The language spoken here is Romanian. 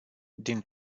din